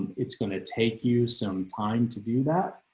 it's going to take you some time to do that,